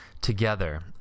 together